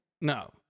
No